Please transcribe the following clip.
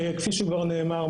כפי שנאמר כבר,